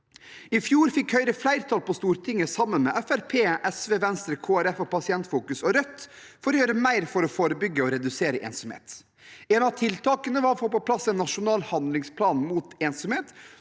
I fjor fikk Høyre flertall på Stortinget, sammen med Fremskrittspartiet, SV, Venstre, Kristelig Folkeparti, Pasientfokus og Rødt, for å gjøre mer for å forebygge og redusere ensomhet. Et av tiltakene var å få på plass en na sjonal handlingsplan mot ensomhet